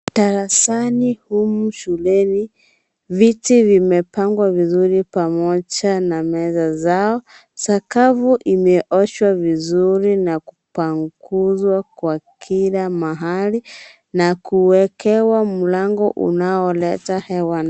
Darasani humu shuleni viti vimepangwa vizuri pamoja na meza zao, sakafu imeoshwa vizuri na kupanguzwa kwa kila mahali na kuwekewa mlango unaoleta hewa ndani.